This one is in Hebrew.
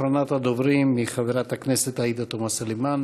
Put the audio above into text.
אחרונת הדוברים היא חברת הכנסת עאידה תומא סלימאן.